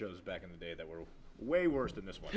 shows back in the day that were way worse than this